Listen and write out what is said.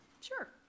sure